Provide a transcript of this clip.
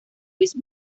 louis